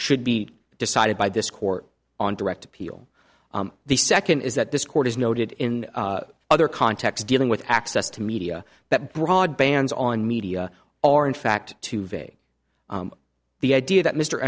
should be decided by this court on direct appeal the second is that this court has noted in other contexts dealing with access to media that broad bans on media are in fact too vague the idea that mr